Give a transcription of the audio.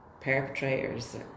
perpetrators